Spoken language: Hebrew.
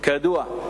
כידוע,